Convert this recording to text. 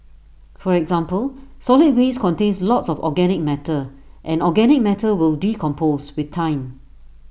for example solid waste contains lots of organic matter and organic matter will decompose with time